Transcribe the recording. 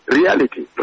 reality